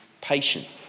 patient